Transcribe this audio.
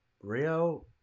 Rio